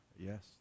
Yes